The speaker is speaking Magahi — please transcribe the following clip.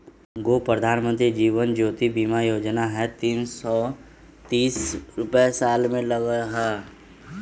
गो प्रधानमंत्री जीवन ज्योति बीमा योजना है तीन सौ तीस रुपए साल में लगहई?